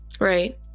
Right